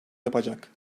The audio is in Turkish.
yapacak